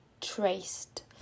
traced